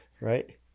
right